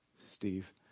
Steve